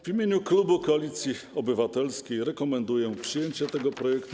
W imieniu klubu Koalicji Obywatelskiej rekomenduję przyjęcie tego projektu.